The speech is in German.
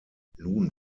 nun